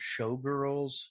showgirls